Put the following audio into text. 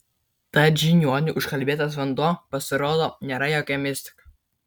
tad žiniuonių užkalbėtas vanduo pasirodo nėra jokia mistika